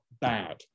bad